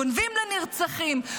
גונבים לנרצחים,